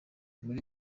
muri